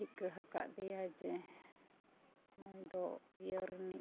ᱴᱷᱤᱠᱟᱹ ᱟᱠᱟᱫᱮᱭᱟ ᱡᱮ ᱱᱩᱭ ᱫᱚ ᱤᱭᱟᱹ ᱨᱮᱱᱤᱡ